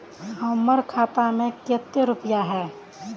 हमर खाता में केते रुपया है?